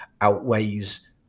outweighs